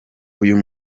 uyu